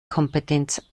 kompetenz